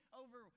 over